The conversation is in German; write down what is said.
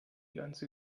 ganze